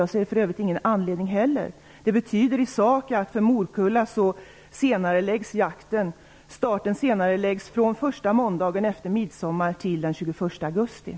Jag ser för övrigt ingen anledning till det heller. Det betyder i sak att för morkulla senareläggs jakten.